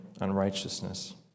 unrighteousness